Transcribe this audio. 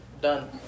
done